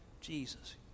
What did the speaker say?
Jesus